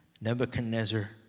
Nebuchadnezzar